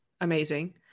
amazing